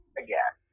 again